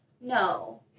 No